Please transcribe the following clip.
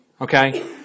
okay